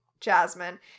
Jasmine